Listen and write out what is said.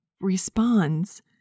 responds